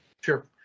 Sure